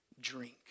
drink